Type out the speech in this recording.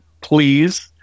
please